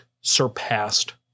surpassed